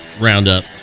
roundup